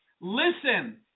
Listen